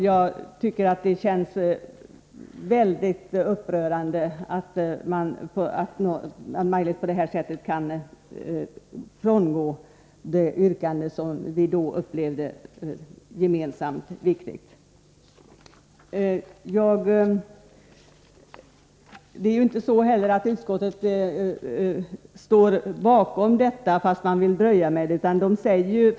Jag upplever det som väldigt upprörande att Maj-Lis Lööw på det här sättet frångår det yrkande som vi alla upplevde som viktigt. Det är inte heller så att utskottet står bakom detta och bara vill dröja med det.